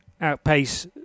outpace